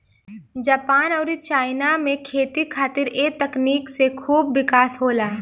Japan अउरी China में खेती खातिर ए तकनीक से खूब विकास होला